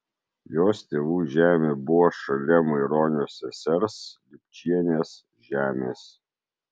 jos tėvų žemė buvo šalia maironio sesers lipčienės žemės